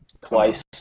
Twice